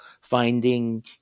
finding